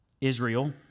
Israel